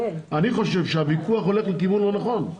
אני חושב שהוויכוח הולך לכיוון לא נכון,